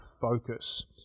focus